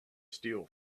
steal